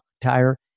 tire